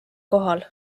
kohal